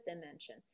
dimension